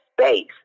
space